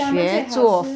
somerset 还是